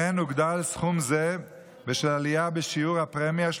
הוגדל סכום זה בשל עלייה בשיעור הפרמיה של